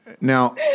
Now